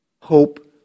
hope